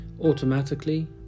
Automatically